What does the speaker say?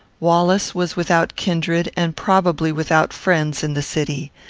wallace was without kindred, and probably without friends, in the city.